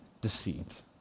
deceit